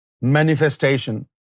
manifestation